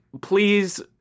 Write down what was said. please